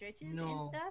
No